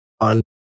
on